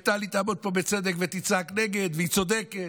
וטלי תעמוד פה ותצעק בצדק: נגד, והיא צודקת,